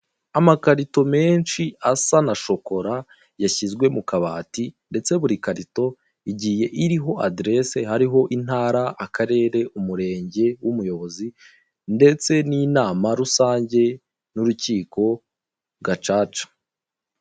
Amakarito menshi asa na shokora yashyizwe mu kabati ndetse buri karito igiye iriho aderese hariho intara, akarere, umurenge w'umuyobozi ndetse n'inama rusange n'urukiko gacaca.